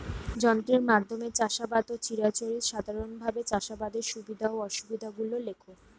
যন্ত্রের মাধ্যমে চাষাবাদ ও চিরাচরিত সাধারণভাবে চাষাবাদের সুবিধা ও অসুবিধা গুলি লেখ?